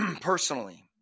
Personally